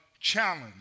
challenge